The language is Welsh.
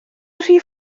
rhif